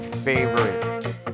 favorite